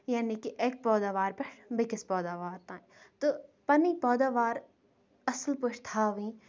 یعنی کہِ اٮ۪کہِ پٲداوار پٮ۪ٹھ بیٚکِس پٲداوار تام تہٕ پنٕنۍ پٲداوار اَصٕل پٲٹھۍ تھاوٕنۍ